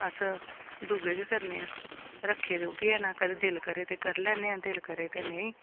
अस दूए गै करने आं रक्खे दे ओह् बी है न कदें दिल करै ते करी लैन्ने आं दिल करै ते नेईं